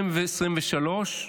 2023,